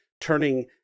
turning